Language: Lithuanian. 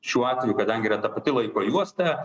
šiuo atveju kadangi yra ta pati laiko juosta